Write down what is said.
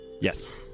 Yes